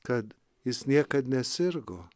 kad jis niekad nesirgo